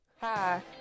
Hi